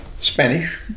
Spanish